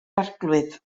arglwydd